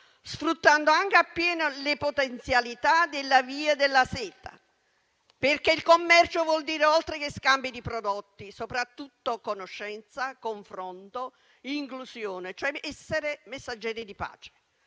sfruttando anche a pieno le potenzialità della Via della seta, perché il commercio vuol dire, oltre che scambi di prodotti, soprattutto conoscenza, confronto ed inclusione, essere cioè messaggeri di pace.